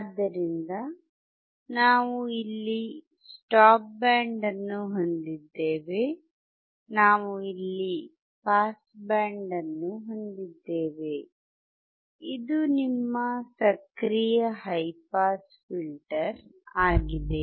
ಆದ್ದರಿಂದ ನಾವು ಇಲ್ಲಿ ಸ್ಟಾಪ್ ಬ್ಯಾಂಡ್ ಅನ್ನು ಹೊಂದಿದ್ದೇವೆ ನಾವು ಇಲ್ಲಿ ಪಾಸ್ ಬ್ಯಾಂಡ್ ಅನ್ನು ಹೊಂದಿದ್ದೇವೆ ಇದು ನಿಮ್ಮ ಸಕ್ರಿಯ ಹೈ ಪಾಸ್ ಫಿಲ್ಟರ್ ಆಗಿದೆ